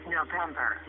November